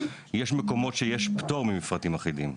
יש מקומות שיש בהם פטור ממפרטים אחידים,